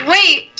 Wait